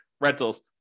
rentals